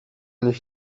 niech